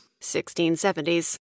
1670s